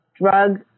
drug